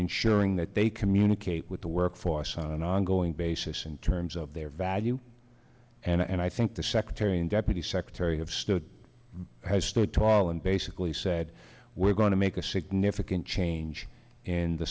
ensuring that they communicate with the workforce on an ongoing basis in terms of their value and i think the secretary and deputy secretary of state has stood well and basically said we're going to make a significant change in the